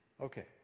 Okay